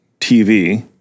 TV